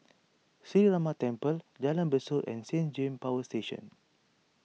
Sree Ramar Temple Jalan Besut and Saint James Power Station